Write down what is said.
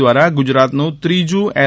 દ્વારા ગુજરાતનું ત્રીજું એલ